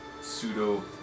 pseudo